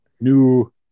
new